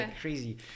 crazy